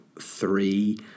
three